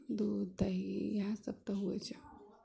दूध दही इएह सब तऽ होइ छै